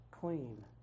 clean